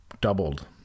doubled